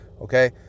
Okay